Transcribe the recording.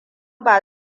ba